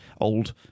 old